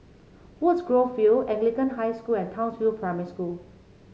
Woodgrove View Anglican High School and Townsville Primary School